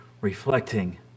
reflecting